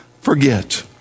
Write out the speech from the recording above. forget